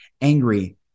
angry